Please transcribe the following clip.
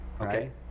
Okay